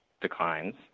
declines